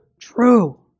true